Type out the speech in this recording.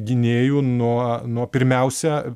gynėjų nuo nuo pirmiausia